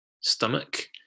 stomach